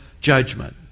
judgment